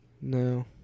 No